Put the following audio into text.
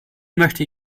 möchte